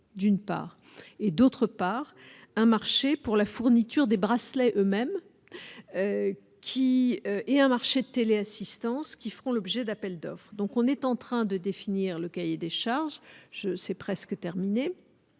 d'une part et d'autre part, un marché pour la fourniture des bracelets eux-mêmes, qui est un marché de téléassistance, qui feront l'objet d'appels d'offres et donc on est en train de définir le cahier des charges, je sais presque terminé